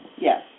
Yes